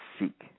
seek